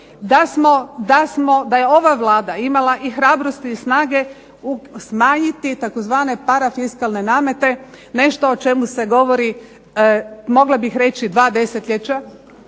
da je ova Vlada imala i hrabrosti i snage smanjiti tzv. parafiskalne namete, nešto o čemu se govori mogla bih reći dva desetljeća